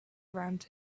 around